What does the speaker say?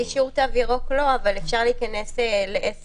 את אישור התו הירוק לא אבל אפשר להיכנס לעסק,